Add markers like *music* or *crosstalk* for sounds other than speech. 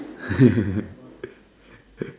*laughs*